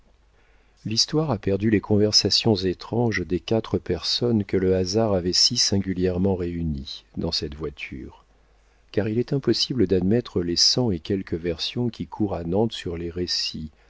l'histoire a perdu les conversations étranges des quatre personnes que le hasard avait si singulièrement réunies dans cette voiture car il est impossible d'admettre les cent et quelques versions qui courent à nantes sur les récits